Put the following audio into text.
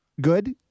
good